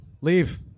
leave